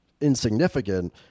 insignificant